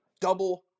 Double